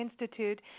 Institute